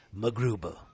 Magruba